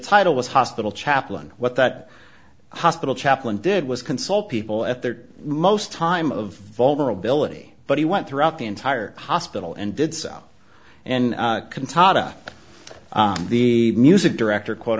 title was hospital chaplain what that hospital chaplain did was consult people at their most time of vulnerability but he went throughout the entire hospital and did so and can tot up the music director quote